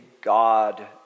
god